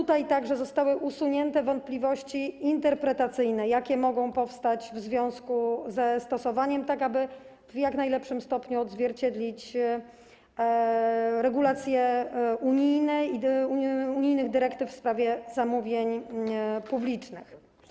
Zostały także usunięte wątpliwości interpretacyjne, jakie mogą powstać w związku ze stosowaniem, tak aby w jak najlepszym stopniu odzwierciedlić regulacje unijne i unijnych dyrektyw w sprawie zamówień publicznych.